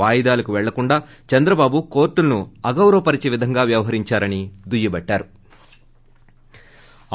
వాయిదాలకు వెళ్లకుండా చంద్రబాబు కోర్లులను అగౌరవపరిచేలా వ్యవహరించారన్ దుయ్యబట్లారురు